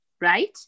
right